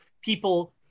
people